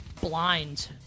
blind